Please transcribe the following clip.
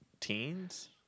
teens